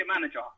manager